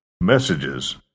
Messages